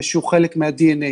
כאיזשהו חלק מהדנ"א.